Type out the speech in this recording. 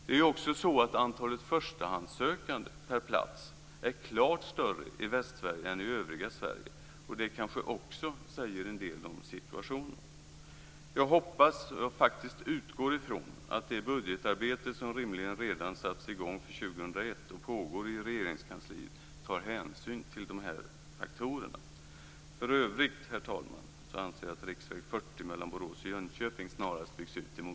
Det är ju också så att antalet förstahandssökande per plats är klart större i Västsverige än i övriga Sverige. Och det kanske också säger en del om situationen. Jag hoppas och utgår faktiskt ifrån att man i det budgetarbete som rimligen redan satts i gång för 2001 och pågår i Regeringskansliet tar hänsyn till dessa faktorer. För övrigt, herr talman, anser jag att riksväg 40